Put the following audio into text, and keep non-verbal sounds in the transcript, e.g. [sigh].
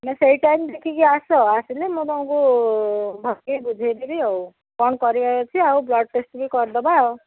ତମେ ସେ ଟାଇମ୍ ଦେଖିକି ଆସ ଆସିଲେ ମୁଁ ତମକୁ [unintelligible] ବୁଝାଇ ଦେବି ଆଉ କ'ଣ କରିବାର ଅଛି ଆଉ ବ୍ଲଡ଼୍ ଟେଷ୍ଟ୍ବି କରିଦେବା